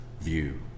view